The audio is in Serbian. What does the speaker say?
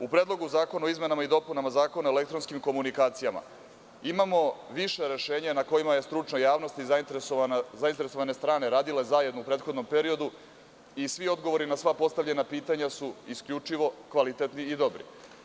U Predlogu zakona o izmenama i dopunama Zakona o elektronskim komunikacijama imamo više rešenja na kojima su stručna javnost i zainteresovane strane radili zajedno u prethodnom periodu i svi odgovori na sva postavljena pitanja su isključivo kvalitetni i dobri.